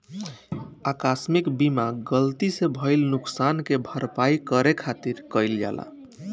आकस्मिक बीमा गलती से भईल नुकशान के भरपाई करे खातिर कईल जाला